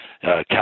Cal